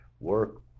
work